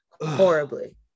horribly